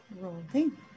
Rolling